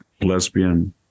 lesbian